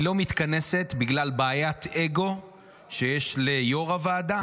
היא לא מתכנסת בגלל בעיית אגו שיש ליו"ר הוועדה